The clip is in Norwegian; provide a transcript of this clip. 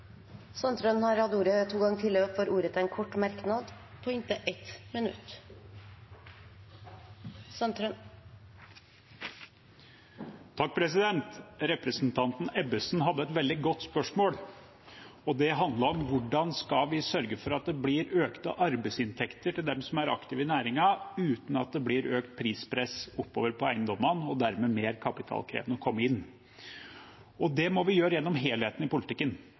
Sandtrøen har hatt ordet to ganger tidligere i debatten og får ordet til en kort merknad, begrenset til 1 minutt. Representanten Ebbesen hadde et veldig godt spørsmål, og det handlet om hvordan vi skal sørge for at det blir økte arbeidsinntekter til dem som er aktive i næringen uten at det blir økt prispress oppover på eiendommene og dermed mer kapitalkrevende å komme inn. Det må vi gjøre gjennom helheten i politikken.